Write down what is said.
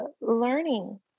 learning